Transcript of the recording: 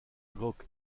grotte